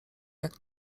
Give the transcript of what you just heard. jak